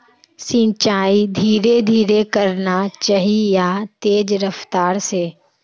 सिंचाई धीरे धीरे करना चही या तेज रफ्तार से?